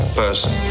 person